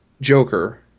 Joker